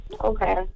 Okay